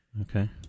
Okay